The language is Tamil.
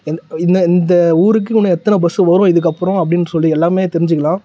எந் இன்னும் இந்த ஊருக்கு இன்னும் எத்தனை பஸ்ஸு வரும் இதுக்கப்புறம் அப்படின்னு சொல்லி எல்லாமே தெரிஞ்சுக்கலாம்